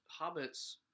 hobbits